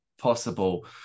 possible